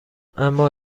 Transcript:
اما